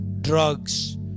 drugs